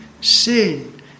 sin